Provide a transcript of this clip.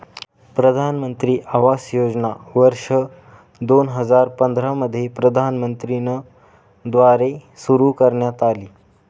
प्रधानमंत्री आवास योजना वर्ष दोन हजार पंधरा मध्ये प्रधानमंत्री न द्वारे सुरू करण्यात आली